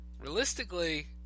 realistically